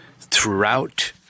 throughout